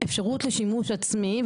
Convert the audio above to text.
אפשרות לשימוש עצמי,